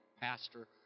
Pastor